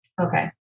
okay